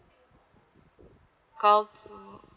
call two